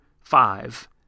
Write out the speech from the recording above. five